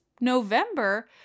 November